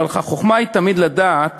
כלומר, החוכמה היא תמיד לדעת